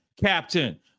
Captain